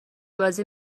بازی